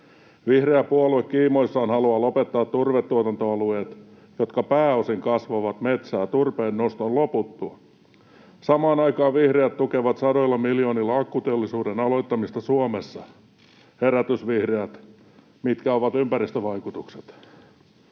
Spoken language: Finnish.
Vihreä puolue kiimoissaan haluaa lopettaa turvetuotantoalueet, jotka pääosin kasvavat metsää turpeennoston loputtua. Samaan aikaan vihreät tukevat sadoilla miljoonilla akkuteollisuuden aloittamista Suomessa. Herätys, vihreät! Mitkä ovat ympäristövaikutukset?